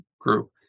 group